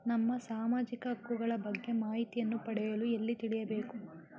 ನಮ್ಮ ಸಾಮಾಜಿಕ ಹಕ್ಕುಗಳ ಬಗ್ಗೆ ಮಾಹಿತಿಯನ್ನು ಪಡೆಯಲು ಎಲ್ಲಿ ತಿಳಿಯಬೇಕು?